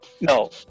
no